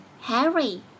Harry